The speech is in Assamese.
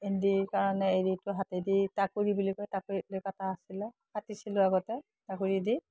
এন্দিৰ কাৰণে এৰীটো হাতেদি টাকুৰী বুলি কয় টাকুৰীত লৈ কটা আছিলে কাটিছিলোঁ আগতে টাকুৰীদি